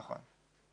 נכון.